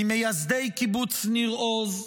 ממייסדי קיבוץ ניר עוז,